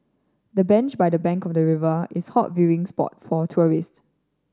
the bench by the bank of the river is hot viewing spot for tourists